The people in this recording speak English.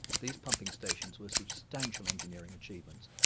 these pumping stations were substantial engineering achievements,